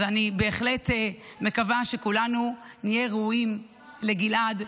אז אני בהחלט מקווה שכולנו נהיה ראויים לגלעד,